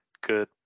good